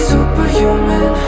Superhuman